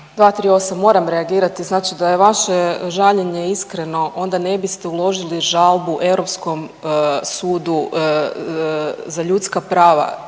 238., moram reagirati, znači da je vaše žaljenje iskreno onda ne biste uložili žalbu Europskom sudu za ljudska prava.